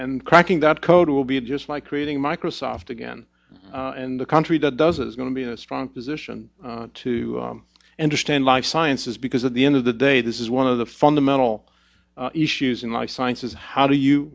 and cracking that code will be just like creating microsoft again and the country that does it is going to be in a strong position to understand life sciences because at the end of the day this is one of the fundamental issues in life sciences how do you